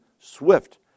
swift